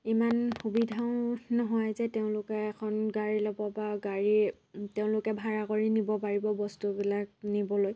ইমান সুবিধাও নহয় যে তেওঁলোকে এখন গাড়ী ল'ব বা গাড়ী তেওঁলোকে ভাড়া কৰি নিব পাৰিব বস্তুবিলাক নিবলৈ